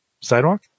sidewalk